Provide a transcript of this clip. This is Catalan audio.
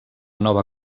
nova